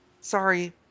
Sorry